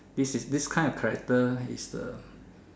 this is this kind of character is the